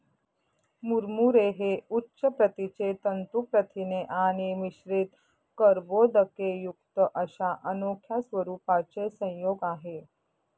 मुरमुरे हे उच्च प्रतीचे तंतू प्रथिने आणि मिश्रित कर्बोदकेयुक्त अशा अनोख्या स्वरूपाचे संयोग आहे